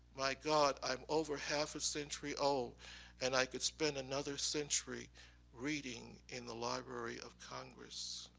my god, i'm over half a century old and i could spend another century reading in the library of congress.